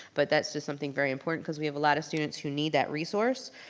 but that's just something very important because we have a lot of students who need that resource.